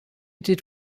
did